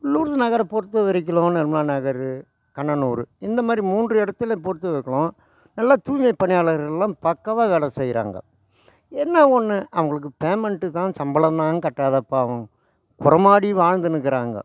Lourdes நகரை பொறுத்த வரைக்கிலும் நிர்மலா நகர் கண்ணனூரு இந்தமாதிரி மூன்று இடத்துல பொறுத்து வரைக்கிலும் நல்லா தூய்மைப் பணியாளர்கள் எல்லாம் பக்காவாக வேலை செய்கிறாங்க என்ன ஒன்று அவங்களுக்கு பேமெண்ட்டு தான் சம்பளம் தான் கட்டாத பாவம் குரமாடி வாழ்ந்துன்னுக்கிறாங்கோ